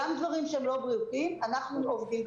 גם על דברים שהם לא בריאותיים אנחנו עובדים.